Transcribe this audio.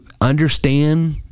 understand